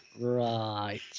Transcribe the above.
Right